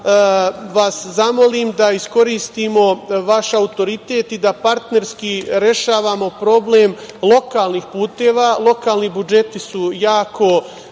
vas zamolim da iskoristimo vaš autoritet i da partnerski rešavamo problem lokalnih puteva. Lokalni budžeti su jako